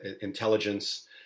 intelligence